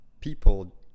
people